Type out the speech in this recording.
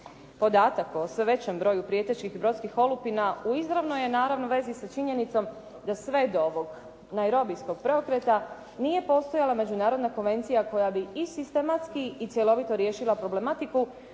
Podatak o sve većem broju prijetećih brodskih olupina u izravnoj je naravno vezi sa činjenicom da sve do ovog Nairobijskog preokreta nije postojala međunarodna konvencija koja bi i sistematski i cjeloviti riješila problematiku